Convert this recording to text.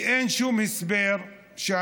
כי אין שום הסבר שאנחנו,